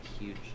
huge